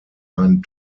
ein